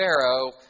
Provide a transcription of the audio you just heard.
Pharaoh